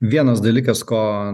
vienas dalykas ko